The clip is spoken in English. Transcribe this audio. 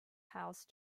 house